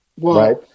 Right